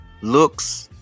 looks